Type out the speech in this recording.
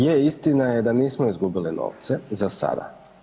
Je, istina je da nismo izgubili novce, za sada.